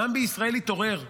העם בישראל התעורר.